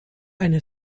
eine